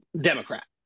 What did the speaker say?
Democrat